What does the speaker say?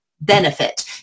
benefit